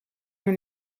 your